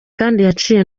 yaciye